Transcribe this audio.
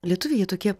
lietuviai jie tokie